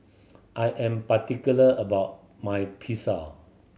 I am particular about my Pizza